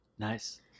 Nice